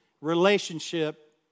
relationship